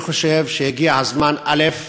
אני חושב שהגיע הזמן, א.